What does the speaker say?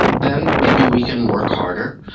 then maybe we can work harder,